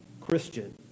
Christian